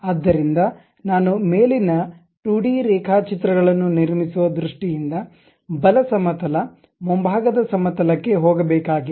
ಆದ್ದರಿಂದ ನಾನು ಮೇಲಿನ 2 ಡಿ ರೇಖಾಚಿತ್ರಗಳನ್ನು ನಿರ್ಮಿಸುವ ದೃಷ್ಟಿಯಿಂದಬಲ ಸಮತಲಮುಂಭಾಗದ ಸಮತಲ ಕ್ಕೆ ಹೋಗಬೇಕಾಗಿಲ್ಲ